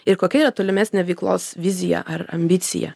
ir kokia yra tolimesnė veiklos vizija ar ambicija